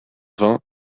vingt